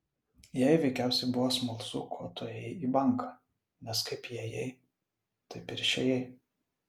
jai veikiausiai buvo smalsu ko tu ėjai į banką nes kaip įėjai taip ir išėjai